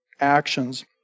actions